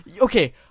Okay